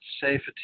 safety